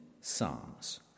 psalms